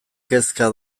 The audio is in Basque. kezka